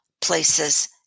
places